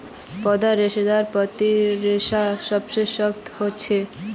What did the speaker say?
पौधार रेशेदारत पत्तीर रेशा सबसे सख्त ह छेक